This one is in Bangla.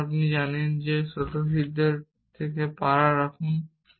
তারপর আপনি জানেন যে স্বতঃসিদ্ধের সাথে পাড়া রাখুন